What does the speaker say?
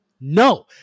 No